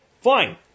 Fine